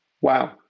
Wow